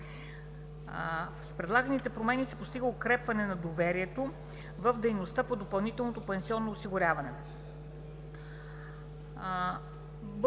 С предлаганите промени се постига укрепване на доверието в дейността по допълнителното пенсионно осигуряване.